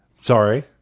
sorry